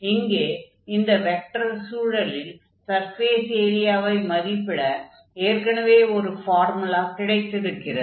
இங்கே இந்த வெக்டர் சூழலில் சர்ஃபேஸ் ஏரியாவை மதிப்பிட எற்கெனவே ஒரு ஃபார்முலா கிடைத்திருக்கிறது